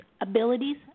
abilities